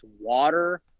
water